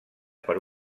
per